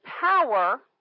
power